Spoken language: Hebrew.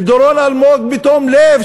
ודורון אלמוג בתום לב,